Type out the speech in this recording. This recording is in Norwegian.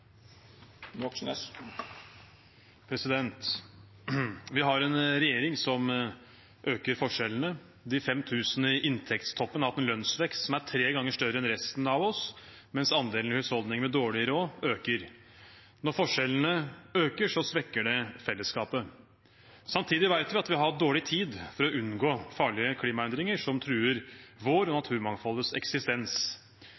Vi har en regjering som øker forskjellene. De 5 000 i inntektstoppen har hatt en lønnsvekst som er tre ganger større enn resten av oss, mens andelen husholdninger med dårlig råd øker. Når forskjellene øker, svekker det fellesskapet. Samtidig vet vi at vi har dårlig tid for å unngå farlige klimaendringer som truer vår og